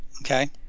Okay